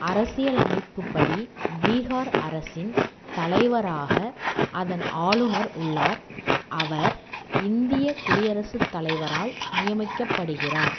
அரசியலமைப்புப்படி பீகார் அரசின் தலைவராக அதன் ஆளுநர் உள்ளார் அவர் இந்திய குடியரசுத் தலைவரால் நியமிக்கப்படுகிறார்